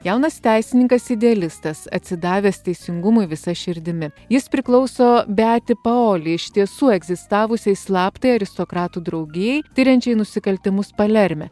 jaunas teisininkas idealistas atsidavęs teisingumui visa širdimi jis priklauso beati paoli iš tiesų egzistavusiai slaptai aristokratų draugijai tiriančiai nusikaltimus palerme